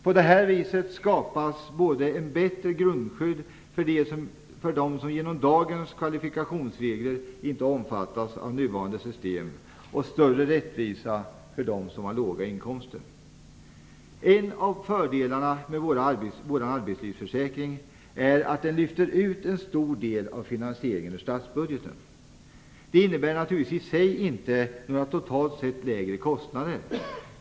På det här viset skapas både ett bättre grundskydd för dem som genom dagens kvalifikationsregler inte omfattas av nuvarande system och en större rättvisa för dem som har låga inkomster. En av fördelarna med vår arbetslivsförsäkring är att den lyfter ut en stor del av finansieringen ur statsbudgeten. Det innebär naturligtvis i sig inte lägre kostnader.